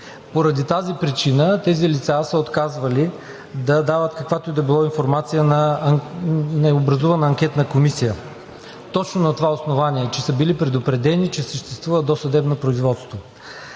Поради тази причина тези лица са отказвали да дават каквато и да било информация на образувана анкетна комисия точно на това основание, че са били предупредени, че съществува досъдебно производство.